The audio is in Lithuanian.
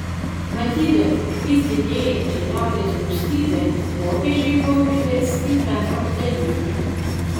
matydami vis didėjančią liaudies rūstybę popiežiai buvo priversti ką nors daryti